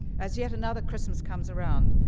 as yet another christmas comes around,